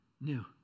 new